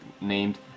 named